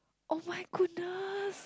oh-my-goodness